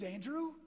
Andrew